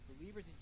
believers